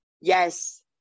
Yes